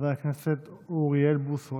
חבר הכנסת אוריאל בוסו,